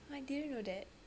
I didn't know that